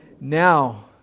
Now